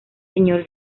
señor